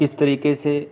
کس طریقے سے